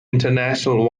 international